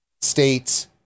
states